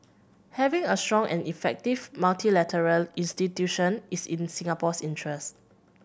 having a strong and effective multilateral institution is in Singapore's interest